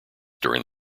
during